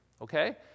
okay